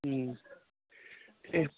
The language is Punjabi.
ਹਮ ਠੀਕ